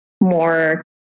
more